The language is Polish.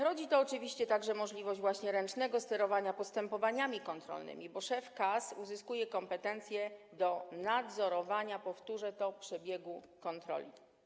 Rodzi to oczywiście możliwość właśnie ręcznego sterowania postępowaniami kontrolnymi, bo szef KAS uzyskuje kompetencje do nadzorowania, powtórzę to, przebiegu kontroli.